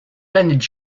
planète